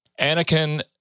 Anakin